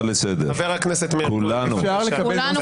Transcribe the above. חברת הכנסת אורנה ברביבאי, אני קורא אותך לסדר.